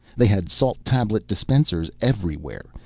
they had salt-tablet dispensers everywhere,